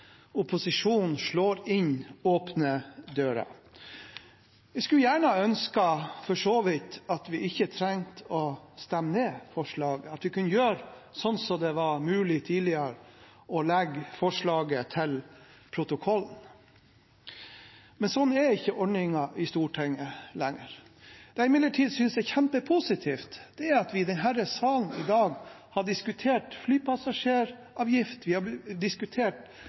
Opposisjonen slår inn åpne dører. Jeg skulle for så vidt ha ønsket at vi ikke trengte å stemme ned forslaget, men at vi, sånn som det var mulig å gjøre tidligere, kunne legge forslaget ved protokollen. Men sånn er ikke ordningen i Stortinget lenger. Det jeg imidlertid synes er kjempepositivt, er at vi i denne salen i dag har diskutert flypassasjeravgift, vi har diskutert